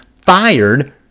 fired